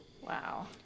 Wow